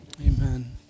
amen